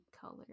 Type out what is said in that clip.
color